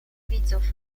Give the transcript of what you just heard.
widzów